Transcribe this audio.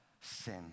sin